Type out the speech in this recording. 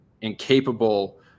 incapable